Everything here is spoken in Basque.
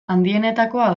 handienetakoa